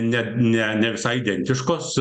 ne ne ne visai identiškos